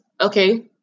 Okay